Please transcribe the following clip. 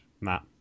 Matt